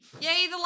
Yay